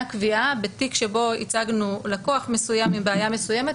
קביעה בתיק שבו ייצגנו לקוח מסוים עם בעיה מסוימת,